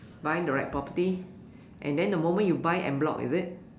buying the right property and then the moment you buy en-bloc is it